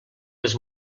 les